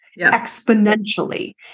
exponentially